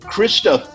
Krista